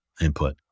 input